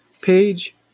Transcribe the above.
Page